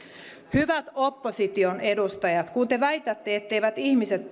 hyvät opposition edustajat kun te väitätte etteivät ihmiset